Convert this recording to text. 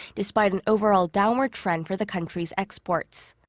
despite an overall downward trend for the country's exports.